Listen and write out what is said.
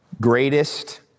greatest